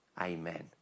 Amen